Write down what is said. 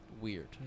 Weird